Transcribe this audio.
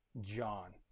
John